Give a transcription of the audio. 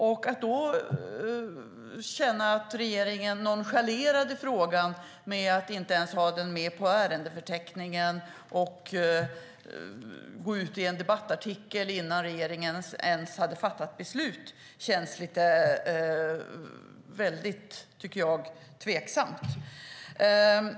Vi känner att regeringen nonchalerade frågan genom att inte ens ha den med på ärendeförteckningen och gå ut i en debattartikel innan ens regeringen ens hade fattat beslut. Det känns väldigt tveksamt.